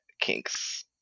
kinks